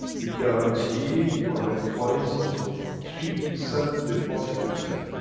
we guarantee on the coins three percent deposit return.